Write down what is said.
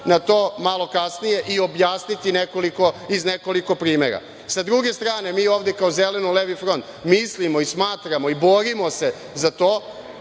na to malo kasnije i objasniti iz nekoliko primera. Sa druge strane, mi ovde kao Zeleno-Levi front mislimo i smatramo i borimo se za to